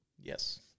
yes